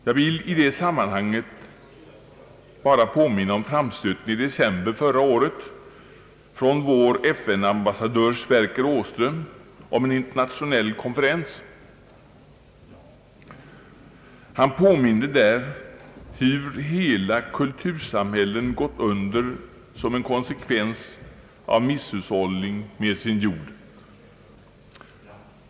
Jag vill i det sammanhanget bara påminna om framstöten i december förra året från vår FN-ambassadör, Sverker Åström, om en internationell konferens. Han påminde där om »hur hela kultursamhällen gått under som en konsekvens av misshushållning med sin jord».